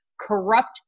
corrupt